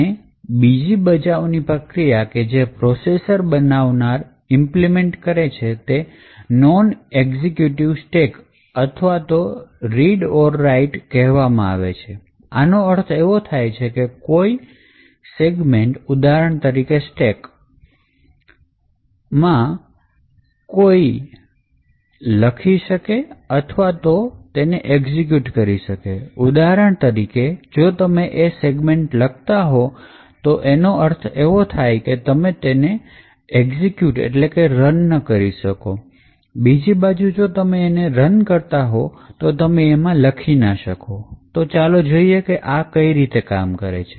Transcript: અને બીજી બચાવવાની પ્રક્રિયા કે જે પ્રોસેસર બનાવનાર ઇમ્પલીમેન્ટ કરે છે તેને નોન એક્ઝિક્યુટિવ સ્ટેક અથવા તો WX કહેવામાં આવે છે આનો અર્થ એવો થાય કે કોઈ પર્ટિક્યુલર સેગમેન્ટ ઉદાહરણ તરીકે સ્ટેક કોઈ કાં તો લખી શકે અથવા તો તેને એક્ઝિક્યુટ કરી શકે ઉદાહરણ તરીકે જો તમે એ સેગમેન્ટ લખતા હો તો એનો મિનિંગ કે તમે રન ન કરી શકો અને બીજી બાજુ જો તમે એ રન કરતા હો તો તમે એને લખી ન શકો તો ચાલો જોઈએ કે આ કઈ રીતે કામ કરશે